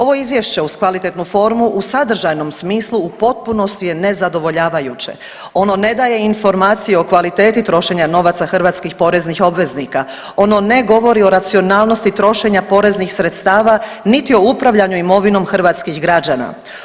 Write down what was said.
Ovo izvješće uz kvalitetnu formu u sadržajnom smislu u potpunosti je nezadovoljavajuće ono ne daje informacije o kvaliteti trošenja novaca hrvatskih poreznih obveznika, ono ne govori o racionalnosti trošenja poreznih sredstava, niti o upravljanju imovinom hrvatskih građana.